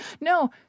No